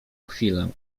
chwilę